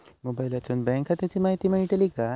मोबाईलातसून बँक खात्याची माहिती मेळतली काय?